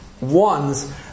ones